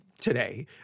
today